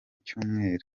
cyumweru